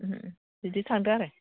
बिदि थांदो आरो